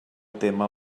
témer